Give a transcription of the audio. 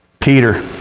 Peter